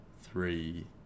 three